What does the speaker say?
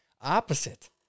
opposite